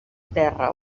terra